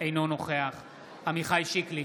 אינו נוכח עמיחי שיקלי,